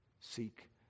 Seek